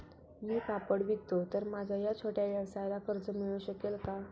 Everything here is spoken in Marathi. मी पापड विकतो तर माझ्या या छोट्या व्यवसायाला कर्ज मिळू शकेल का?